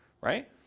right